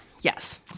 Yes